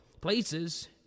places